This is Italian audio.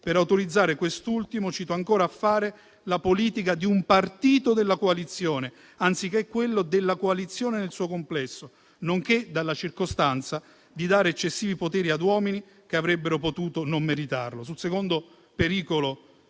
per autorizzare quest'ultimo: «a *fare la politica di un partito della coalizione**,* anziché quella *della coalizione* nel suo complesso», nonché «dalla circostanza di dare eccessivi poteri ad uomini che avrebbero potuto non meritarlo». Sul secondo pericolo